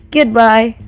Goodbye